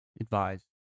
advise